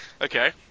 Okay